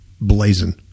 blazing